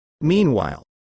Meanwhile